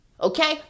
Okay